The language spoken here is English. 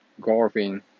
golfing